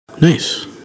Nice